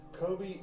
Kobe